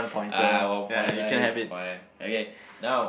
ah one point I guess it's fine okay now